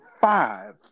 five